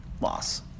loss